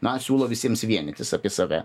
na siūlo visiems vienytis apie save